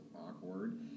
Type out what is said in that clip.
awkward